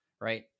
right